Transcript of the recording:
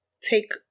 take